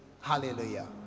Hallelujah